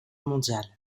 mondiale